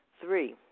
Three